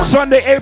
Sunday